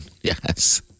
Yes